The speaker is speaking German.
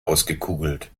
ausgekugelt